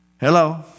Hello